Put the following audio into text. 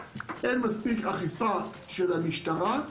אין מספיק אכיפה של המשטרה.